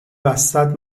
وسط